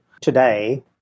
today